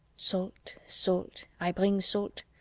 salt, salt, i bring salt.